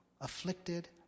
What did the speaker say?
afflicted